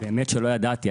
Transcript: באמת שלא ידעתי.